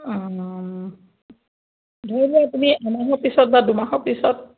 অঁ ধৰি লোৱা তুমি এমাহৰ পিছত বা দুমাহৰ পিছত